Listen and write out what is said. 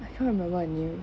I can't remember the name